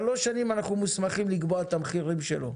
שלוש שנים אנחנו מוסמכים לקבוע את המחירים שלו,